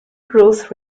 growth